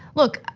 look,